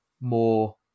more